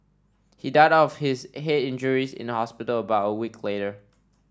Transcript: he died of his head injuries in hospital about a week later